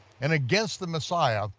and against the messiah,